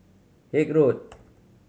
Haig Road